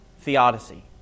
Theodicy